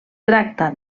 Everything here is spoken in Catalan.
tracta